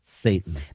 Satan